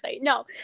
No